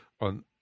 on